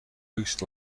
boost